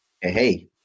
Hey